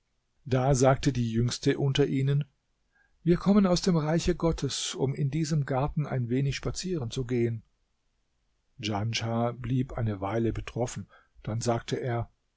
da sagte die jüngste unter ihnen wir kommen aus dem reiche gottes um in diesem garten ein wenig spazieren zu gehen djanschah blieb eine weile betroffen dann sagte er